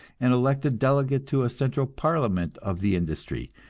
and elect a delegate to a central parliament of the industry,